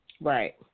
Right